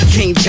King